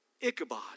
Ichabod